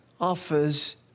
offers